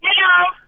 Hello